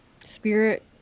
Spirit